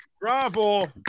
Bravo